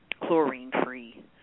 chlorine-free